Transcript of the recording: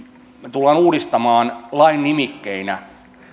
tulemme uudistamaan lain nimikkeinä